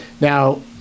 Now